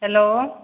hello